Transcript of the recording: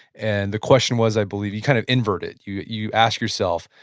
and the question was, i believe, you kind of invert it. you you ask yourself,